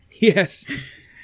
Yes